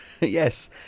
yes